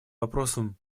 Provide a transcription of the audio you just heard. вопросам